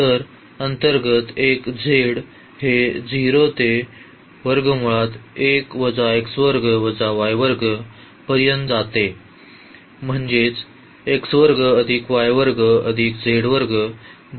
तर अंतर्गत एक z हे 0 ते पर्यंत जाते म्हणजेच बरोबर 1 आहे